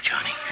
Johnny